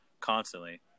Constantly